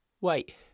Wait